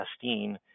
Castine